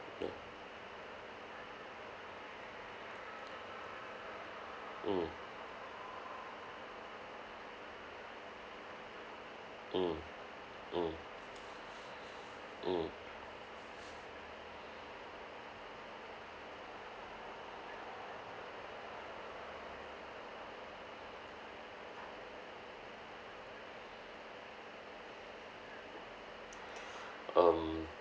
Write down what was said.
ya mmhmm mm mm mm um